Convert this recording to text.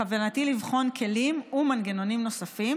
בכוונתי לבחון כלים ומנגנונים נוספים